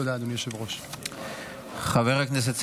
תודה, אדוני היושב-ראש.